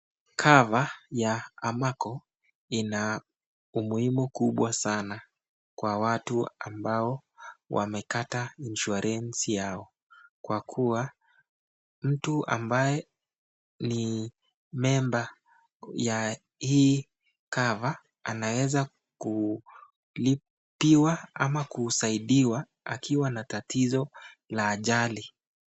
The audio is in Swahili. Cover ya Amaco ina umuhimu mkubwa sana kwa watu ambao wamekata insurance yao, kwa kuwa mtu ambaye ni member wa hii cover ,anaweza kulipiwa ama kusaidiwa akiwa na tatizo la ajali.